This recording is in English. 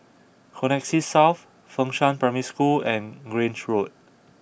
Connexis South Fengshan Primary School and Grange Road